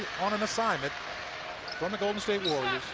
on an assignment from the golden state warriors,